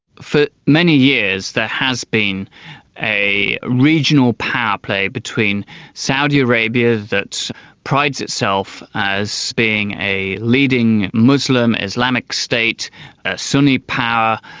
for many years, there has been a regional power play between saudi arabia, that prides itself as being a leading muslim islamic state, a sunni power,